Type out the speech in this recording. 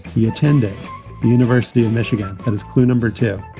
he attended the university of michigan. that is clue number two.